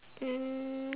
um